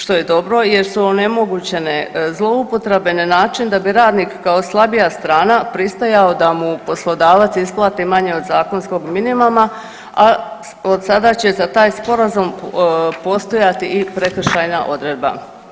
Što je dobro jer su onemogućene zloupotrebe na način da bi radnik kao slabija strana pristajao da mu poslodavac isplati manje od zakonskog minimuma, a od sada će za taj sporazum postojati i prekršajna odredba.